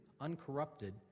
uncorrupted